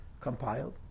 compiled